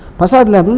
prasad lab,